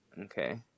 Okay